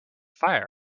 fire